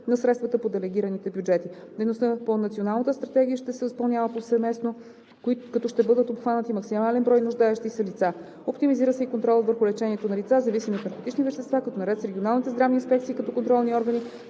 на средствата по делегираните бюджети. Дейностите по Националната стратегия ще се изпълняват повсеместно, като ще бъдат обхванати максимален брой нуждаещи се лица. Оптимизира се и контролът върху лечението на лица, зависими от наркотични вещества, като наред с регионалните здравни инспекция като контролни органи